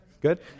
Good